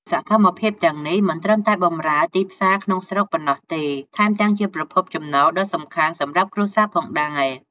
សកម្មភាពទាំងនេះមិនត្រឹមតែបម្រើទីផ្សារក្នុងស្រុកប៉ុណ្ណោះទេ ថែមទាំងជាប្រភពចំណូលដ៏សំខាន់សម្រាប់គ្រួសារផងដែរ។